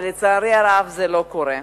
אבל לצערי הרב זה לא קורה.